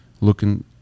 looking